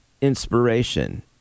inspiration